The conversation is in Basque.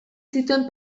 zituen